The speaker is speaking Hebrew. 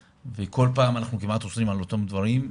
וכל פעם אנחנו כמעט חוזרים על אותם דברים,